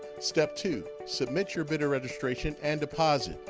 step two submit your bidder registration and deposit.